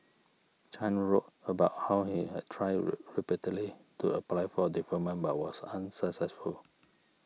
Chan wrote about how he had tried repeatedly to apply for deferment but was unsuccessful